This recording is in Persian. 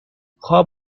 خواب